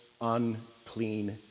unclean